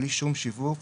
בלי שום שיווק